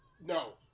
No